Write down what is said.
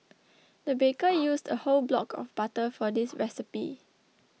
the baker used a whole block of butter for this recipe